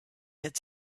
had